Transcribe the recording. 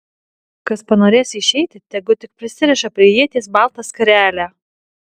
kas panorės išeiti tegu tik prisiriša prie ieties baltą skarelę